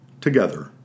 together